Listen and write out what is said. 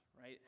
right